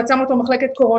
ואת שמה אותו במחלקת קורונה,